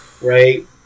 Right